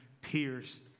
pierced